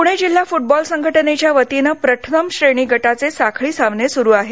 प्णे जिल्हा फुटबॉल संघटनेच्यावतीनं प्रथम श्रेणी गटाचे साखळी सामने सुरू आहेत